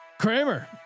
Kramer